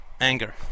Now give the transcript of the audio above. anger